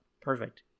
Perfect